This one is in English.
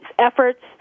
efforts